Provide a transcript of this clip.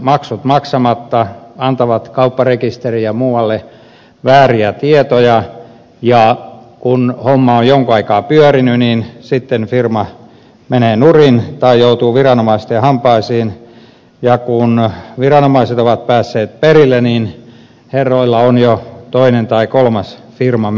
maksut maksamatta antavat kaupparekisteriin ja muualle vääriä tietoja ja kun homma on jonkun aikaa pyörinyt firma menee nurin tai joutuu viranomaisten hampaisiin ja kun viranomaiset ovat päässeet asioista perille niin herroilla on jo toinen tai kolmas firma menossa